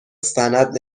سند